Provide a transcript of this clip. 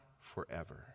forever